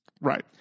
Right